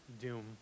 doom